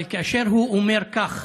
אבל כאשר הוא אומר כך